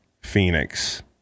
Phoenix